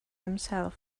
himself